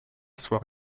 soient